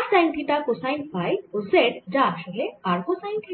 r sine theta cosine phi ও z যা আসলে r কোসাইন থিটা